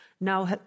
now